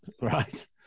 Right